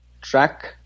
track